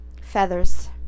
feathers